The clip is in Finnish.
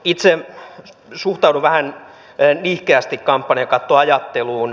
itse suhtaudun vähän nihkeästi kampanjakattoajatteluun